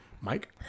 Mike